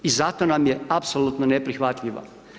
I zato nam je apsolutno neprihvatljiva.